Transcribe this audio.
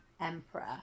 emperor